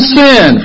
sin